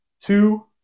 Two